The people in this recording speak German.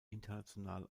international